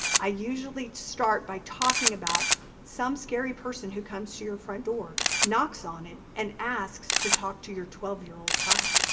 i usually start by talking about some scary person who comes to your front door, knocks on it, and asks to talk to your twelve year old child.